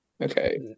Okay